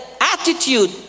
attitude